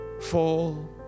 fall